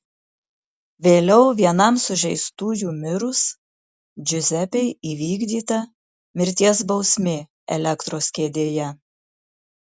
vėliau vienam sužeistųjų mirus džiuzepei įvykdyta mirties bausmė elektros kėdėje